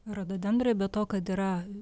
rododendrai be to kad yra